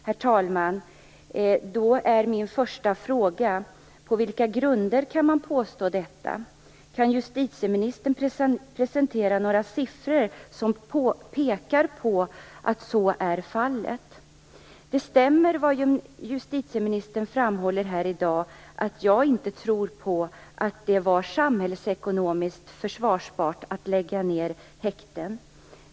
Herr talman! Min första fråga är: På vilka grunder kan man påstå detta? Kan justitieministern presentera några siffror som pekar på att så är fallet? Det stämmer vad justitieministern framhåller här i dag, att jag inte tror på att det var samhällsekonomiskt försvarbart att lägga ned häkten.